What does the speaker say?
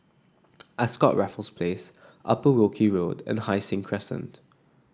Ascott Raffles Place Upper Wilkie Road and Hai Sing Crescent